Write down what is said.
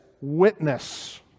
Witness